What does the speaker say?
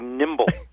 nimble